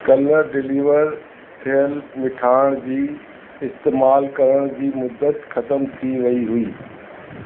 कल्ह डिलीवार थियलु मिठाण जी इस्तेमालु करण जी मुदत ख़तमु थी वई हुई